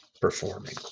performing